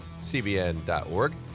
CBN.org